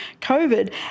COVID